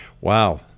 Wow